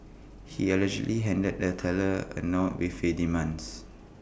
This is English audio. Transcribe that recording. he allegedly handed the teller A note with his demands